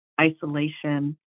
isolation